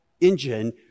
engine